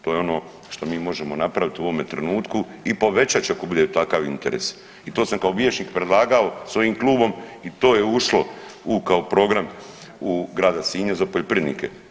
To je ono što mi možemo napravit u ovome trenutku i povećat ću ako bude takav interes i to sam kao vijećnik predlagao s ovim klubom i to je ušlo u kao program grada Sinja za poljoprivrednike.